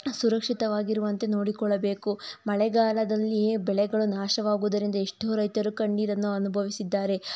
ಸುರಕ್ಷಿತವಾಗಿರುವಂತೆ ನೋಡಿಕೊಳ್ಳಬೇಕು ಮಳೆಗಾಲದಲ್ಲಿಯೇ ಬೆಳೆಗಳು ನಾಶವಾಗುವುದರಿಂದ ಎಷ್ಟೋ ರೈತರು ಕಣ್ಣೀರನ್ನು ಅನುಭವಿಸಿದ್ದಾರೆ